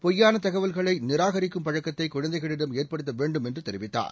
பொய்யான தகவல்களை நிராகரிக்கும் பழக்கத்தை குழந்தைகளிடம் ஏற்படுத்த வேண்டும் என்றும் தெரிவித்தார்